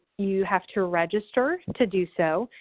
you have to register to do so.